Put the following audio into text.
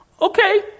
Okay